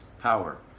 power